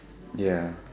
ya